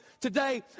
today